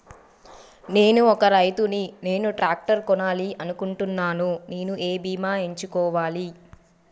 నేను ఒక రైతు ని నేను ట్రాక్టర్ కొనాలి అనుకుంటున్నాను నేను ఏ బీమా ఎంచుకోవాలి?